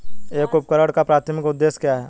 एक उपकरण का प्राथमिक उद्देश्य क्या है?